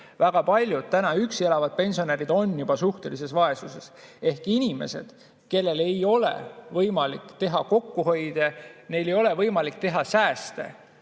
Väga paljud täna üksi elavad pensionärid on juba suhtelises vaesuses. Ehk neil inimestel ei ole võimalik kokku hoida, neil ei ole võimalik säästa